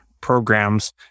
programs